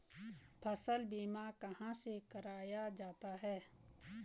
फसल बीमा कहाँ से कराया जाता है?